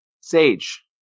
Sage